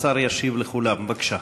השר ישיב לכולם, בבקשה.